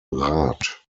rat